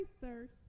thirst